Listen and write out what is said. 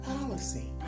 policy